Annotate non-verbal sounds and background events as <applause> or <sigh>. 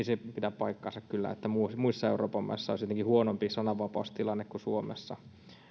<unintelligible> se pidä paikkaansa kyllä että muissa muissa euroopan maissa olisi jotenkin huonompi sananvapaustilanne kuin suomessa